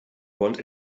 want